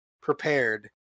prepared